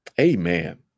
Amen